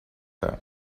that